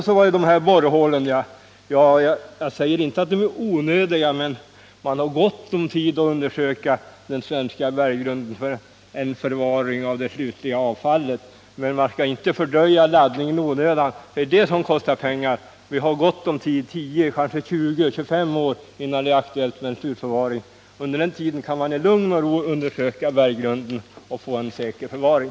Så var det borrhålen: Jag säger inte att de är onödiga, men man har gott om tid att undersöka den svenska berggrunden för en slutlig förvaring av avfallet. Man skall däremot inte fördröja laddningen i onödan — det är det som kostar pengar. Vi har gott om tid — 10, 20 eller kanske 25 år — innan det är aktuellt med en slutförvaring. Under den tiden kan vi i lugn och ro undersöka berggrunden och få en säker förvaring.